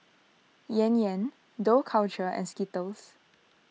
Yan Yan Dough Culture and Skittles